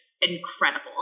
incredible